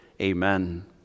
Amen